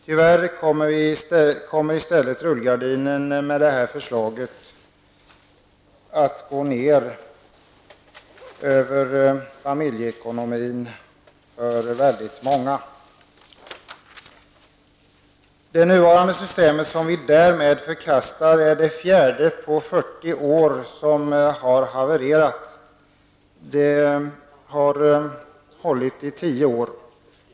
Tyvärr kommer i stället rullgardinen att gå ner i och med det här förslaget över familjeekonomin för väldigt många människor. Det nuvarande systemet, som vi härmed förkastar, är det fjärde på 40 år som har havererat. Systemet har hållit i tio år.